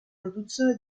produzione